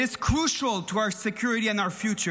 It is crucial to our security and our future.